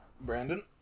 Brandon